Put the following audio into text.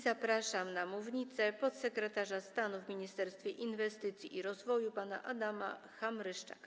Zapraszam na mównicę podsekretarza stanu w Ministerstwie Inwestycji i Rozwoju pana Adama Hamryszczaka.